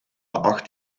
acht